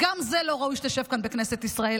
גם על זה לא ראוי שתשב כאן בכנסת ישראל.